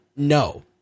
no